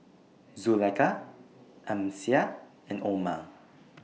Zulaikha Amsyar and Omar